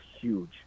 huge